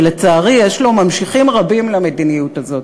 ולצערי יש לו ממשיכים רבים למדיניות הזאת,